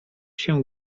się